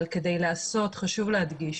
חשוב להדגיש